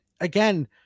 again